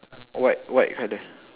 white white colour